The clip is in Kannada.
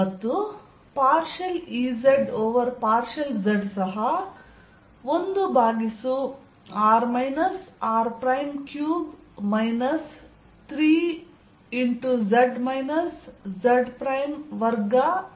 ಮತ್ತು partial Ez over partial z ಸಹಾ 1 over r r3 minus 3z z2 over r r5 ಆಗಿರುತ್ತದೆ